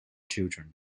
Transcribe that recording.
children